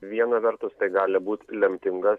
viena vertus tai gali būt lemtingas